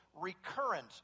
recurrent